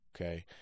Okay